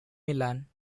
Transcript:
milan